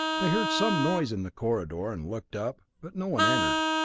they heard some noise in the corridor, and looked up, but no one entered.